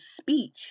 speech